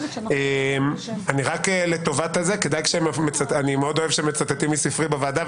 אני מאוד אוהב שמצטטים מספרי בוועדה,